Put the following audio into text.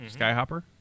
Skyhopper